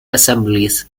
assemblies